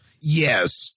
Yes